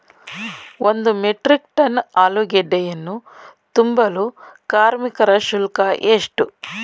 ಒಂದು metric ton ಆಲೂಗೆಡ್ಡೆಯನ್ನು ತುಂಬಲು ಕಾರ್ಮಿಕರ ಶುಲ್ಕ ಎಷ್ಟು?